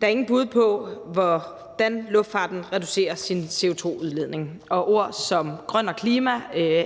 Der er ingen bud på, hvordan luftfarten reducerer sin CO2-udledning, og ord som grøn og klima